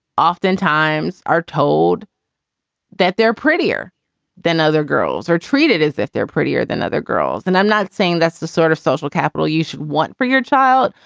oftentimes are told that they're prettier than other girls are treated as if they're prettier than other girls and i'm not saying that's the sort of social capital you should want for your child,